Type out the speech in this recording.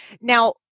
Now